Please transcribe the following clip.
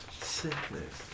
Sickness